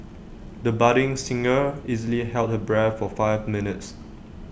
the budding singer easily held her breath for five minutes